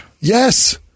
Yes